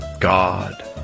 God